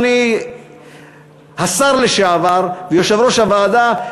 אדוני השר לשעבר ויושב-ראש הוועדה,